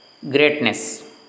greatness